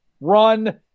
Run